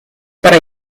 para